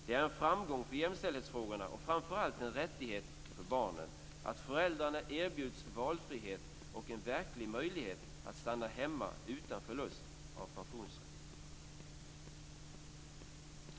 Det är en framgång för jämställdhetsfrågorna och framför allt en rättighet för barnen att föräldrarna erbjuds valfrihet och en verklig möjlighet att stanna hemma utan förlust av pensionsrätt.